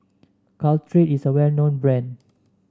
caltrate is a well known brand